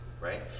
right